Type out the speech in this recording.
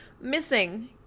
missing